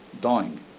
dying